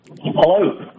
hello